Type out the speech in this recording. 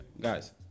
Guys